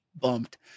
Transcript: bumped